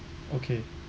okay